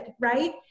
right